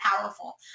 powerful